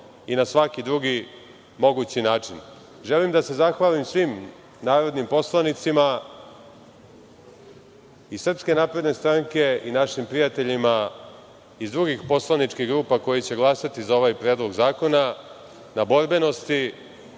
i na svaki drugi mogući način. Želim da se zahvalim svim narodnim poslanicima iz SNS-a, i našim prijateljima iz drugih poslaničkih grupa, koji će glasati za ovaj Predlog zakona, na borbenosti,